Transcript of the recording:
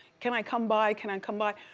can i come by, can i come by?